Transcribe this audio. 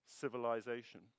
civilization